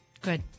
Good